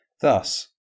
Thus